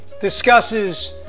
discusses